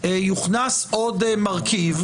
יוכנס עוד מרכיב.